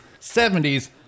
70s